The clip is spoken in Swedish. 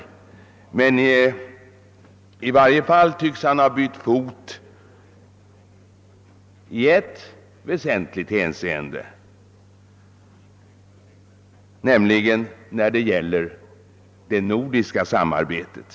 I ett väsentligt hänseende tycks han i varje fall ha bytt fot, nämligen i fråga om det nordiska samarbetet.